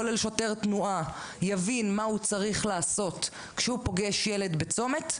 כולל שוטר תנועה יבין מה הוא צריך לעשות כשהוא פוגש ילד בצומת,